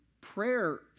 prayer